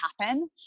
happen